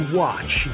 watch